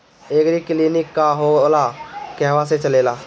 एगरी clinic का होला कहवा से चलेँला?